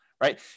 right